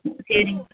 ம் சேரிங்க